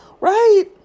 right